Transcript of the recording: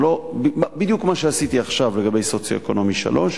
בדיוק מה שעשיתי עכשיו לגבי סוציו-אקונומי 3,